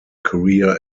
career